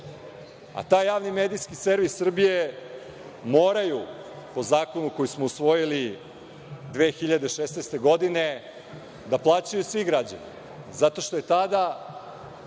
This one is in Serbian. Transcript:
A taj Javni medijski servis Srbije moraju, po zakonu koji smo usvojili 2016. godine, da plaćaju svi građani, zato što je tada,